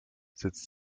sitzt